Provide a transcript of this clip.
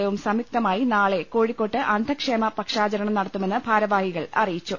ലയവും സംയുക്തമായി നാളെ കോഴിക്കോട്ട് അന്ധക്ഷേമപക്ഷാചരണം നടത്തു മെന്ന് ഭാരവാഹികൾ അറിയിച്ചു